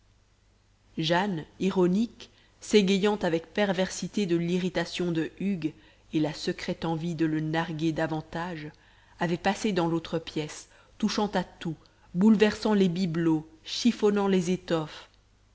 jane ironique s'égayant avec perversité de l'irritation de hugues et la secrète envie de le narguer davantage avait passé dans l'autre pièce touchant à tout bouleversant les bibelots chiffonnant les étoffes